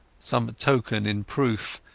some token in proof,